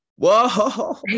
Whoa